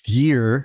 year